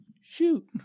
Shoot